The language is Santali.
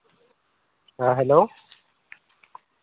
ᱦᱮᱸ ᱦᱮᱞᱳ